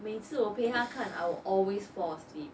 每次我陪他看 I will always fall asleep